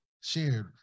shared